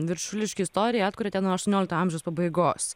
viršuliškių istoriją atkuriate nuo aštuoniolikto amžiaus pabaigos